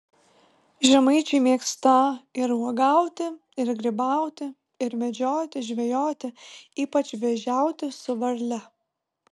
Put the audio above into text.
žemaičiai mėgstą ir uogauti ir grybauti ir medžioti žvejoti ypač vėžiauti su varle